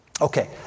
Okay